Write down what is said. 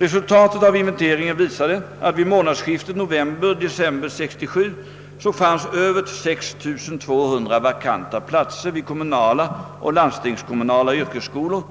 Resultatet av inventeringen visade att vid månadsskiftet november-—december 1967 fanns över 6 200 vakanta platser vid kommunala och landstingskommunala yrkesskolor